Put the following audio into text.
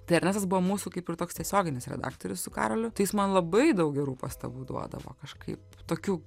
tai ernestas buvo mūsų kaip ir toks tiesioginis redaktorius su karoliu tai jis man labai daug gerų pastabų duodavo kažkaip tokių